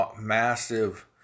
massive